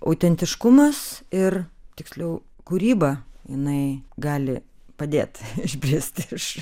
autentiškumas ir tiksliau kūryba jinai gali padėt išbristi iš